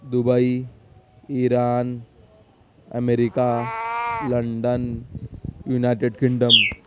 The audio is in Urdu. Dubai Iran America London United kingdom